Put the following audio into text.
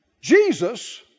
Jesus